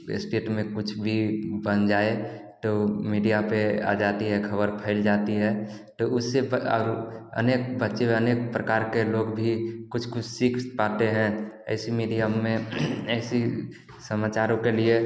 कोई इस्टेट में कुछ भी बन जाए तो मीडिया पर आ जाती है खबर फैल जाती है तो उससे और अनेक बच्चे अनेक प्रकार के लोग भी कुछ कुछ सीख पाते हैं ऐसी मीडियम में ऐसी समाचारों के लिए